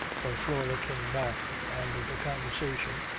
when flora came back and the conversation,